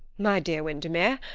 my dear windermere,